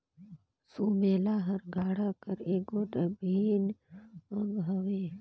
सुमेला हर गाड़ा कर एगोट अभिन अग हवे